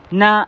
na